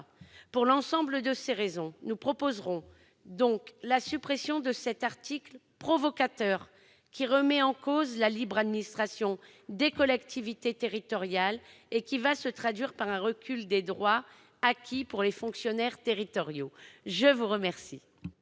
Pour l'ensemble de ces raisons, nous proposerons la suppression de cet article provocateur, qui remet en cause la libre administration des collectivités territoriales et qui va se traduire par un recul des droits acquis pour les fonctionnaires territoriaux. La parole